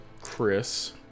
Chris